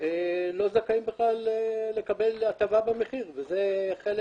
לא זכאים בכלל לקבל הטבה במחיר וזה חלק